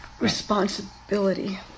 responsibility